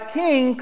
king